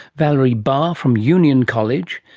valerie barr from union college,